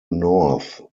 north